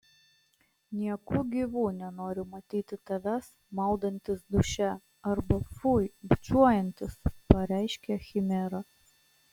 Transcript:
nieku gyvu nenoriu matyti tavęs maudantis duše arba fui bučiuojantis pareiškė chimera